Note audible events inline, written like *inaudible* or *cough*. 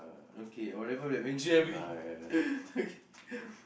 okay whatever that imagine that be *laughs* okay